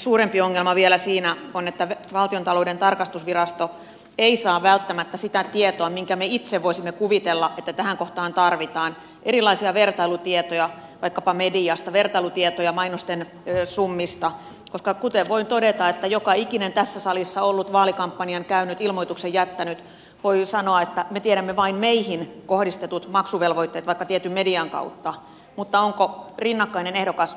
suurempi ongelma vielä siinä on se että valtiontalouden tarkastusvirasto ei saa välttämättä sitä tietoa minkä me itse voisimme kuvitella tähän kohtaan tarvittavan erilaisia vertailutietoja vaikkapa mediasta vertailutietoja mainosten summista koska kuten voi todeta että joka ikinen tässä salissa oleva vaalikampanjan käynyt ilmoituksen jättänyt voi sanoa että me tiedämme vain meihin kohdistetut maksuvelvoitteet vaikka tietyn median kautta mutta onko rinnakkainen ehdokas